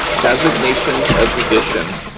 designations of edition.